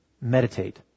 Meditate